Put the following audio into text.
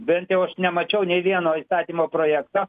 bent jau aš nemačiau nė vieno įstatymo projekto